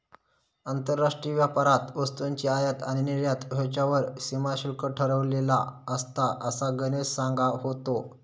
आंतरराष्ट्रीय व्यापारात वस्तूंची आयात आणि निर्यात ह्येच्यावर सीमा शुल्क ठरवलेला असता, असा गणेश सांगा होतो